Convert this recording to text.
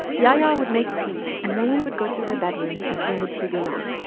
iaia would make tea, and then we would go to her bedroom and turn the tv on.